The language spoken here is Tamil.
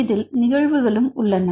இதில் நிகழ்வுகளும் உள்ளன